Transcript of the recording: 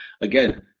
Again